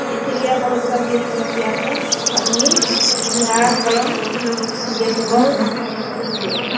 इसीलिए बहुत गंभीर समस्यासँ अखनि बिहार गाँव जे छै बहुत स्थितिसँ गुजरि रहल